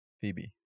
Phoebe